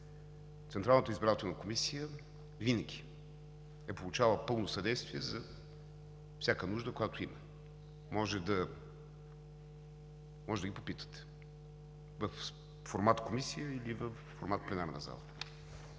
Централната избирателна комисия винаги е получавала пълно съдействие за всяка нужда, която има, може да ги попитате, във формат комисия или във формат пленарна зала.